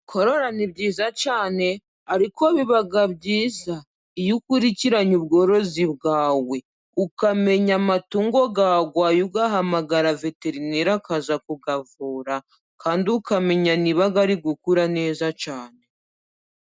Korora ni byiza cyane ariko biba byiza iyo ukurikiranye ubworozi bwawe ukamenya amatungo yarwaye, ugahamagara veterineri akaza kuyavura, kandi ukamenya nibaga ari gukura neza cyane.